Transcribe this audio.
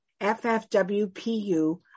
FFWPU